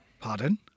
Pardon